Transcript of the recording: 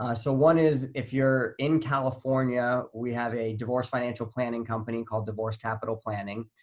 ah so one is, if you're in california, we have a divorce financial planning company called divorce capital planning.